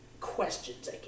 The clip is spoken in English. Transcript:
questions